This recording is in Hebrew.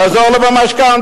תעזור לו במשכנתה.